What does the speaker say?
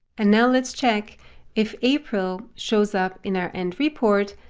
and now let's check if april shows up in our end report.